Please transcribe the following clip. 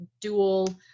dual